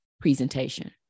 presentation